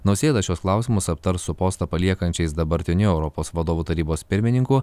nausėda šiuos klausimus aptars su postą paliekančiais dabartiniu europos vadovų tarybos pirmininku